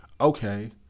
okay